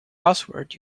buzzword